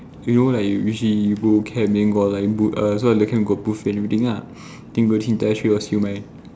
you know like if you go camp then got like bu~ err so the camp got buffet and everything lah think got entire plate of siew-mai